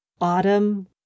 autumn